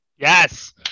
Yes